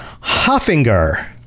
Hoffinger